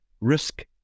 risk